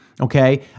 Okay